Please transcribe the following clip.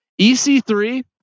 EC3